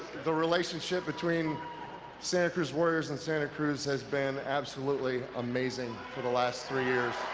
the relationship between santa cruz warriors and santa cruz has been absolutely amazing for the last three years.